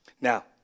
Now